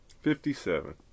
Fifty-seven